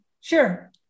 Sure